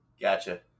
Gotcha